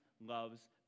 loves